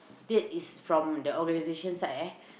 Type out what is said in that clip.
that is from the organisation side eh